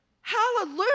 Hallelujah